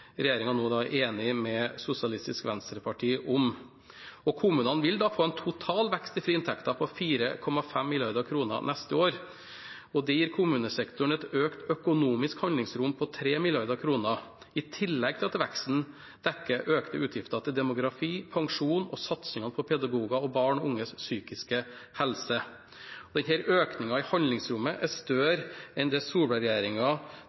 nå er enig med Sosialistisk Venstreparti om. Kommunene vil da få en total vekst i frie inntekter på 4,5 mrd. kr neste år. Det gir kommunesektoren et økt økonomisk handlingsrom på 3 mrd. kr, i tillegg til at veksten dekker økte utgifter til demografi, pensjon og satsingene på pedagoger og barn og unges psykiske helse. Økningen i handlingsrommet er